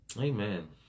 amen